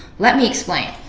let me explain.